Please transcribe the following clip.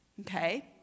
Okay